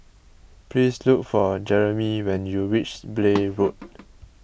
please look for Jeremie when you reach Blair Road